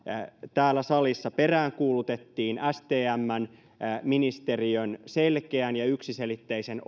täällä salissa peräänkuulutettiin stmn ministeriön selkeän yksiselitteisen